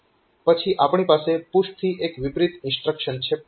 પછી આપણી પાસે પુશથી એક વિપરીત ઇન્સ્ટ્રક્શન છે પોપ